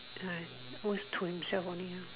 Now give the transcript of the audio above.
am I all is to himself only ah